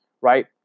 right